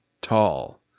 tall